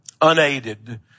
unaided